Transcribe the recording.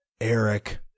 Eric